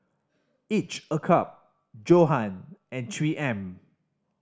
Each a Cup Johan and Three M